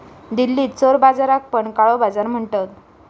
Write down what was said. दिल्लीत चोर बाजाराक पण काळो बाजार म्हणतत